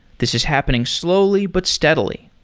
this is happening slowly but steadily.